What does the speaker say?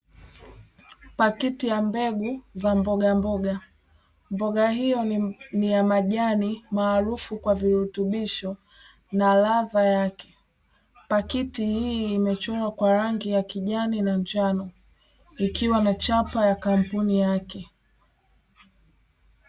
Pakiti ya mbegu za mbogamboga, mboga hiyo ni ya majani maarufu kwa virutubisho na ladha yake. Pakiti hii imechorwa kwa rangi ya kijani na njano ikiwa na chapa ya kampuni yake.